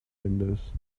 windows